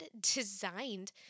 designed